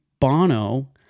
Bono